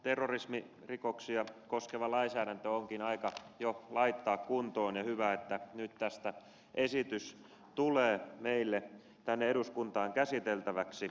tämä terrorismirikoksia koskeva lainsäädäntö onkin aika jo laittaa kuntoon ja hyvä että nyt tästä esitys tulee meille tänne eduskuntaan käsiteltäväksi